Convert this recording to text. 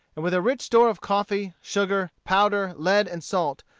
and with a rich store of coffee, sugar, powder, lead, and salt,